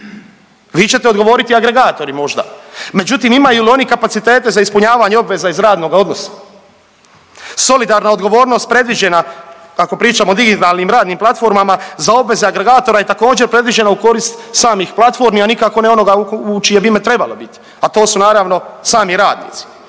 Vi ćete odgovoriti agregatori možda. Međutim, imaju li oni kapacitete za ispunjavanje obveza iz radnoga odnosa. Solidarna odgovornost predviđena, ako pričamo o digitalnim radnim platformama za obveze agregatora je također predviđena u korist samih platformi, a nikako ne onoga u čije bi ime trebala biti, a to su naravno sami radnici.